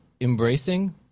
embracing